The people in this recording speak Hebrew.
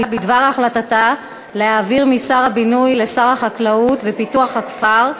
בדבר החלטתה להעביר משר הבינוי לשר החקלאות ופיתוח הכפר,